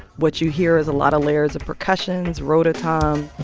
what you hear is a lot of layers of percussions, rototom